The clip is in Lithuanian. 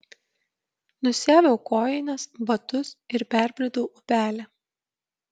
nusiaviau kojines batus ir perbridau upelį